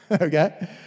okay